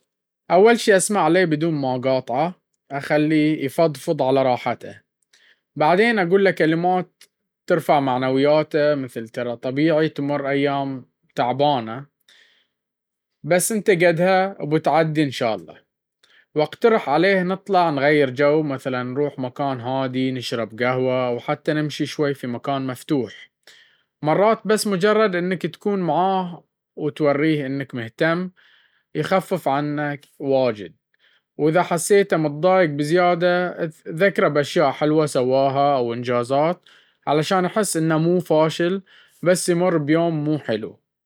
أول شي أسمع له بدون ما أقاطعه، أخليه يفضفض على راحته. بعدين أقول له كلمات ترفع معنوياته، مثل "ترا طبيعي تمر أيام تعبانة، بس إنت قدها وبتعدي إن شاء الله." وأقترح عليه نطلع نغير جو، مثلاً نروح مكان هادي نشرب قهوة، أو حتى نمشي شوي في مكان مفتوح. مرات بس مجرد إنك تكون معاه وتوريه إنك مهتم، يخف عنه كثير. وإذا حسيته مضايق بزيادة، أذكره بأشياء حلوة سواها أو أنجازاته، عشان يحس إنه مو فاشل، بس يمر بيوم مو حلو.